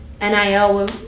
nil